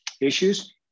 issues